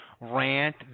rant